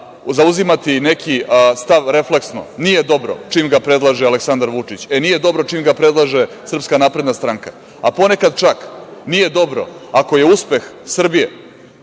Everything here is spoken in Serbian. zauzimati neki stav refleksno nije dobro čim ga predlaže Aleksandar Vučić, nije dobro čim ga predlaže SNS, a ponekad čak nije dobro ako je uspeh Srbije.